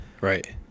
right